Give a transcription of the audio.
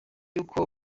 yuko